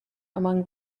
among